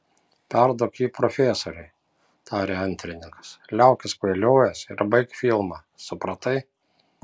perduok jį profesoriui tarė antrininkas liaukis kvailiojęs ir baik filmą supratai